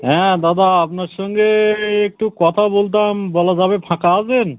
হ্যাঁ দাদা আপনার সঙ্গে একটু কথা বলতাম বলা যাবে ফাঁকা হবেন